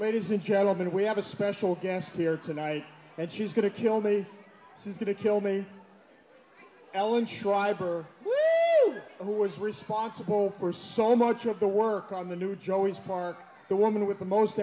ladies and gentlemen we have a special guest here tonight and she's going to kill me she's going to kill me ellen schreiber who was responsible for so much of the work on the new joey's park the woman with the most